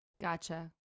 Gotcha